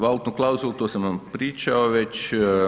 Valutnu klauzulu to sam vam pričao već.